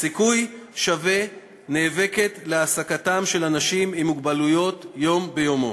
"סיכוי שווה" נאבקת למען העסקתם של אנשים עם מוגבלויות מדי יום ביומו.